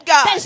God